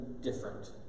different